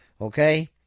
Okay